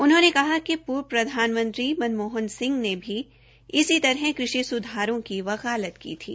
उन्होंने कहा कि श्र्व प्रधानमंत्री मनमोहन सिंह ने भी इसी तरह कृषि सुधारों की वकालत की थी